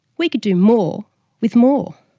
we could do more with more.